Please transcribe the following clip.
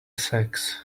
sax